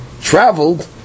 traveled